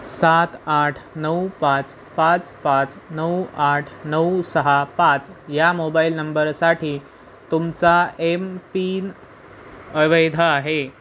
सात आठ नऊ पाच पाच पाच नऊ आठ नऊ सहा पाच या मोबाईल नंबरसाठी तुमचा एम पिन अवैध आहे